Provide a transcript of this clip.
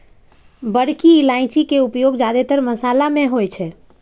बड़की इलायची के उपयोग जादेतर मशाला मे होइ छै